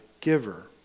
giver